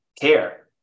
care